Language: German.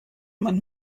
man